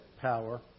power